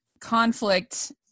conflict